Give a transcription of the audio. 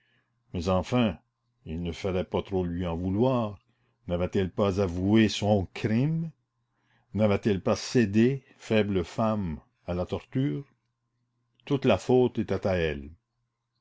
mais enfin il ne fallait pas trop lui en vouloir n'avait-elle pas avoué son crime n'avait-elle pas cédé faible femme à la torture toute la faute était à elle